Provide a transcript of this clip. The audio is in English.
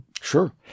Sure